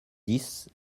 dix